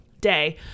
day